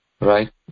right